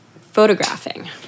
photographing